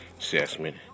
assessment